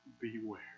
beware